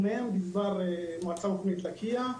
גנים, גזבר מועצה מקומית לקיה.